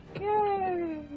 Yay